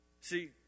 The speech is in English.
See